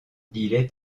est